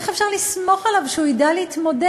איך אפשר לסמוך עליו שהוא ידע להתמודד?